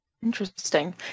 Interesting